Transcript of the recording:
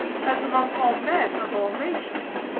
as among all men of all nations.